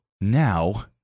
Now